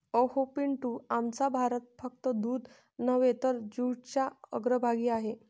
अहो पिंटू, आमचा भारत फक्त दूध नव्हे तर जूटच्या अग्रभागी आहे